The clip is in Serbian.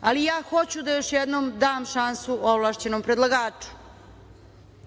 ali ja hoću da još jednom dam šansu ovlašćenom predlagaču. Moje